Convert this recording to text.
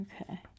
Okay